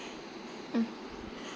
mm